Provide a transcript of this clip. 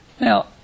Now